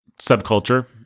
subculture